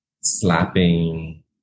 slapping